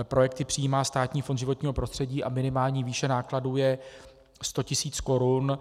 Projekty přijímá Státní fond životního prostředí a minimální výše nákladů je 100 tisíc korun.